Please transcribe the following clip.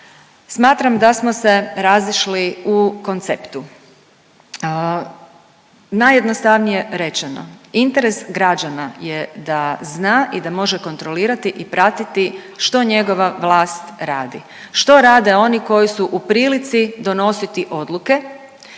Smatram da smo se razišli u konceptu. Najjednostavnije rečeno interes građana je da zna i da može kontrolirati i pratiti što njegova vlast radi, što rade oni koji su u prilici donositi odluke,